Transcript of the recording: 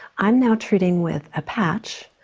i'm now treating with a patch,